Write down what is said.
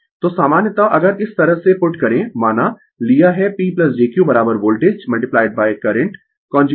तो सामान्यतः अगर इस तरह से पुट करें माना लिया है P jQ voltage current conjugate